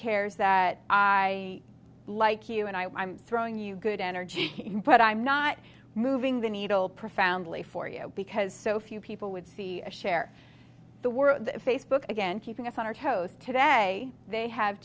cares that i like you and i am throwing you good energy but i'm not moving the needle profoundly for you because so few people would see a share the world facebook again keeping us on our toes today they have